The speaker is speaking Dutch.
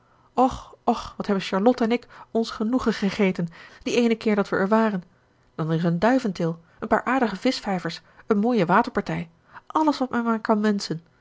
och och wat hebben charlotte en ik ons genoegen gegeten dien eenen keer dat we er waren dan is er een duiventil een paar aardige vischvijvers een mooie waterpartij alles wat men maar kan wenschen